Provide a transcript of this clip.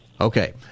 Okay